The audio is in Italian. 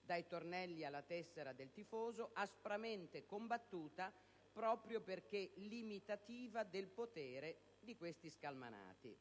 dai tornelli alla tessera del tifoso, aspramente combattuta proprio perché limitativa del potere di questi scalmanati.